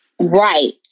Right